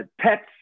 pets